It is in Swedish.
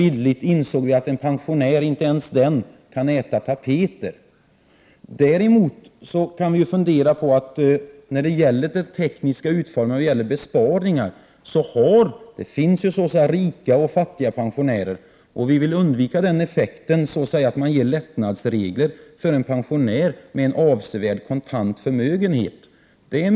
Vi insåg att inte ens en pensionär kan äta tapeter, för att uttrycka det bildligt. När det däremot gäller den tekniska utformningen av beskattningen på besparingar, vill jag säga att det finns både rika och fattiga pensionärer. Vi i vpk vill undvika att man inför lättnadsregler för en pensionär som har en avsevärd kontant förmögenhet.